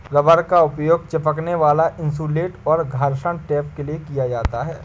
rubber का उपयोग चिपकने वाला इन्सुलेट और घर्षण टेप के लिए किया जाता है